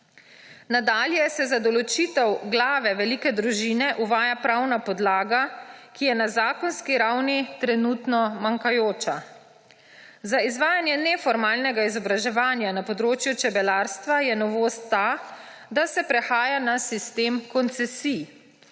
Nadalje se za določitev glave velike živine uvaja pravna podlaga, ki je na zakonski ravni trenutno manjkajoča. Za izvajanje neformalnega izobraževanja na področju čebelarstva je novost ta, da se prehaja na sitem koncesij.